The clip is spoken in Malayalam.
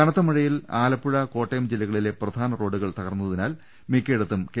കനത്ത മഴയിൽ ആലപ്പുഴ കോട്ടയം ജില്ലകളിലെ പ്രധാന റോഡുകൾ തകർന്നതിനാൽ മിക്കയിടത്തും കെ